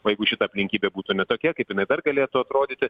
o jeigu šita aplinkybė būtų ne tokia kaip jinai galėtų atrodyti